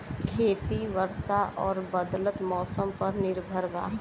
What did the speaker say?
खेती वर्षा और बदलत मौसम पर निर्भर बा